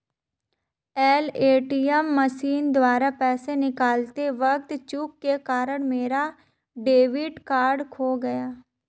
कल ATM machine द्वारा पैसे निकालते वक़्त चूक के कारण मेरा डेबिट कार्ड खो गया